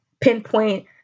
pinpoint